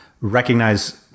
recognize